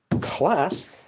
class